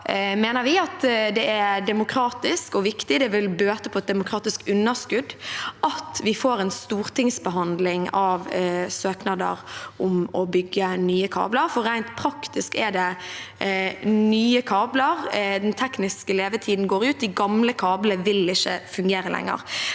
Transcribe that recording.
vil bøte på et demokratisk underskudd at vi får en stortingsbehandling av søknader om å bygge nye kabler. Rent praktisk er det nye kabler. Den tekniske levetiden går ut. De gamle kablene vil ikke fungere lenger.